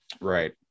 right